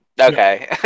Okay